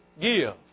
give